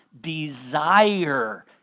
desire